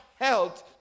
held